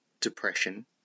depression